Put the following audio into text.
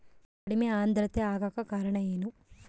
ಕಡಿಮೆ ಆಂದ್ರತೆ ಆಗಕ ಕಾರಣ ಏನು?